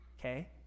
okay